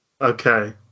Okay